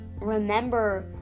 remember